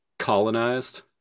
colonized